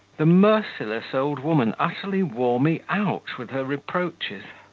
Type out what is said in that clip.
the merciless old woman utterly wore me out with her reproaches.